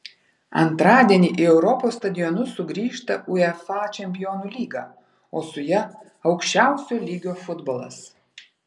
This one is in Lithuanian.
antradienį į europos stadionus sugrįžta uefa čempionų lyga o su ja aukščiausio lygio futbolas